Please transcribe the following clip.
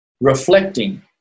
reflecting